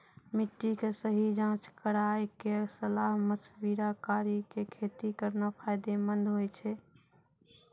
मिट्टी के सही जांच कराय क सलाह मशविरा कारी कॅ खेती करना फायदेमंद होय छै